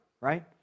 right